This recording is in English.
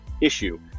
issue